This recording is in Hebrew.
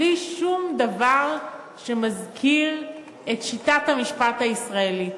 בלי שום דבר שמזכיר את שיטת המשפט הישראלית.